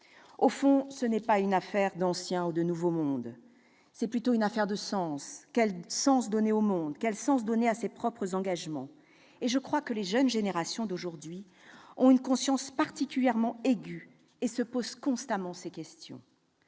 Au fond, ce n'est pas une affaire d'ancien ou de nouveau monde. C'est plutôt une affaire de sens. Quel sens donner au monde ? Quel sens donner à ses propres engagements ? Je crois que les jeunes générations ont une conscience particulièrement aigüe et se posent constamment ces questions.